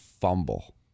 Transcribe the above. fumble